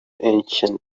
ancient